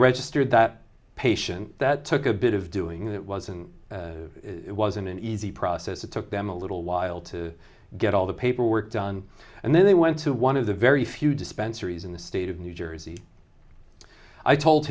registered that patient that took a bit of doing that wasn't it wasn't an easy process it took them a little while to get all the paperwork done and then they went to one of the very few dispensary is in the state of new jersey i told